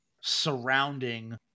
surrounding